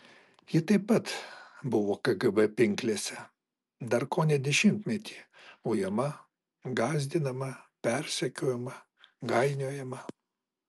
ji taip pat buvo kgb pinklėse dar kone dešimtmetį ujama gąsdinama persekiojama gainiojama